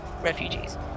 refugees